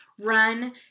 Run